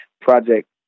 project